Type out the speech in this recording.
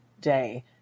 day